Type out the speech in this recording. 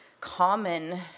common